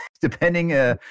depending –